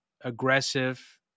aggressive